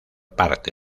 parte